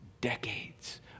decades